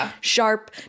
sharp